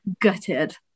gutted